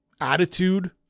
attitude